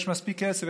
יש מספיק כסף.